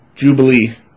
Jubilee